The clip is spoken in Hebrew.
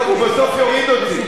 הוא בסוף יוריד אותי.